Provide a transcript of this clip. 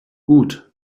gut